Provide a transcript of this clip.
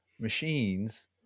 machines